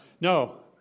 no